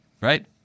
right